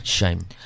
Shame